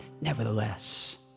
nevertheless